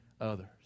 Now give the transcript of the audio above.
others